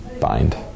bind